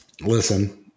Listen